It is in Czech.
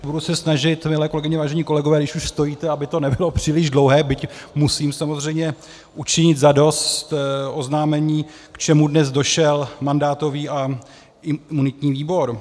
Budu se snažit, milé kolegyně a vážení kolegové, když už stojíte, aby to nebylo příliš dlouhé, byť musím samozřejmě učinit zadost oznámení, k čemu dnes došel mandátový a imunitní výbor.